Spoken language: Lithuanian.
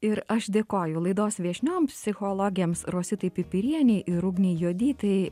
ir aš dėkoju laidos viešnioms psichologėms rositai pipirienei ir ugnei juodytei